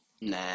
Nah